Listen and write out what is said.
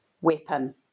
weapon